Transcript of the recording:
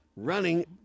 Running